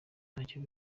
ntacyo